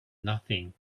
nothing